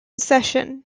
session